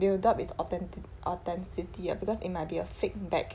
they will doubt its authen~ authenticity because it might be a fake bag